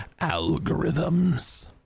algorithms